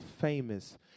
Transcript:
famous